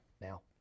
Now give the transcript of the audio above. Now